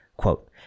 Quote